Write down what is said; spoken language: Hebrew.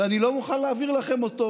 ואני לא מוכן להעביר לכם אותו.